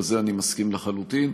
בזה אני מסכים לחלוטין.